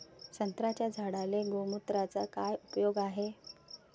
संत्र्याच्या झाडांले गोमूत्राचा काय उपयोग हाये?